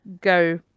go